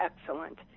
excellent